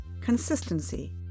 Consistency